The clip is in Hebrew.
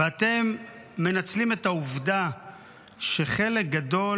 ואתם מנצלים את העובדה שחלק גדול